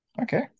Okay